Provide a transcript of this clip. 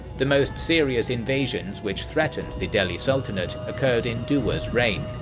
the most serious invasions which threatened the delhi sultanate occurred in duwa's reign.